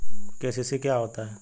KCC क्या होता है?